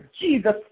Jesus